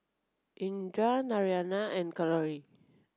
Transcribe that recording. Indira Naraina and Kalluri